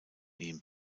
ihm